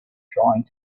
trying